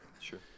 sure